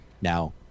now